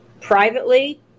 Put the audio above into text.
privately